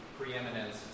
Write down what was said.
preeminence